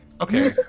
Okay